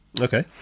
okay